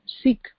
seek